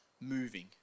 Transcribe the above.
moving